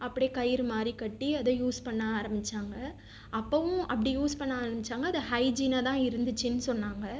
அப்படியே கயிறு மாதிரி கட்டி அதை யூஸ் பண்ண ஆரம்பிச்சாங்கள் அப்போவும் அப்படி யூஸ் பண்ண ஆரம்பிச்சாங்கள் அதை ஹைஜீனாக தான் இருந்துச்சுனு சொன்னாங்க